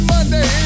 Monday